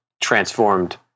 transformed